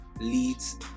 leads